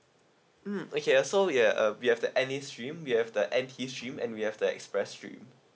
mm okay uh so ya uh we have the N_A stream we have the N_T stream and we have the express stream